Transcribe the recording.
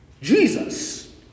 Jesus